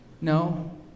No